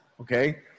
Okay